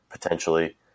potentially